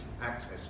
access